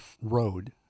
road